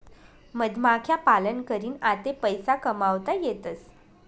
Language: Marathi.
मधमाख्या पालन करीन आते पैसा कमावता येतसं